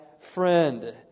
friend